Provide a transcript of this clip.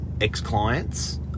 ex-clients